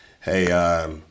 hey